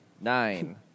Nine